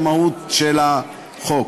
המהות של החוק.